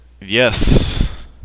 Yes